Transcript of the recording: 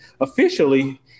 Officially